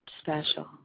special